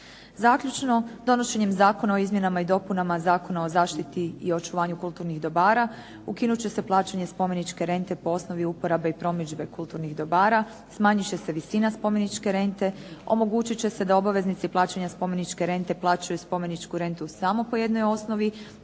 Zaključno, donošenjem Zakona o izmjenama i dopunama Zakona o zaštiti i očuvanju kulturnih dobara ukinut će se plaćanje spomeničke rente po osnovi i uporabi promidžbe kulturnih dobara, smanjit će se visina spomeničke rente, omogućit će se da obveznici plaćanja spomeničke rente plaćaju spomeničku rentu samo po jednoj osnovi.